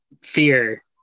fear